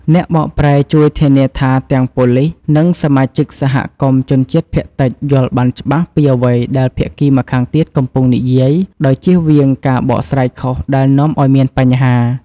អ្នកបកប្រែជួយធានាថាទាំងប៉ូលិស និងសមាជិកសហគមន៍ជនជាតិភាគតិចយល់បានច្បាស់ពីអ្វីដែលភាគីម្ខាងទៀតកំពុងនិយាយ ដោយជៀសវាងការបកស្រាយខុសដែលនាំឱ្យមានបញ្ហា។